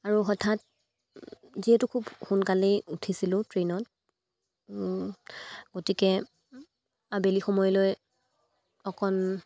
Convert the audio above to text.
আৰু হঠাৎ যিহেতু খুব সোনকালেই উঠিছিলোঁ ট্ৰেইনত গতিকে আবেলি সময়লৈ অকণ